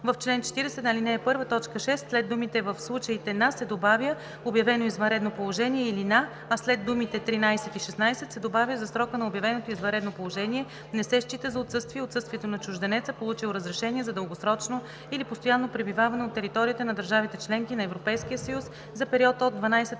В чл. 40, ал. 1, т. 6 след думите „в случаите на“ се добавя „обявено извънредно положение или на“, а след думите „13 и 16;“ се добавя „за срока на обявено извънредно положение не се счита за отсъствие отсъствието на чужденеца, получил разрешение за дългосрочно или постоянно пребиваване от територията на държавите – членки на Европейския съюз, за период от 12